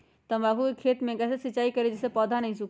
तम्बाकू के खेत मे कैसे सिंचाई करें जिस से पौधा नहीं सूखे?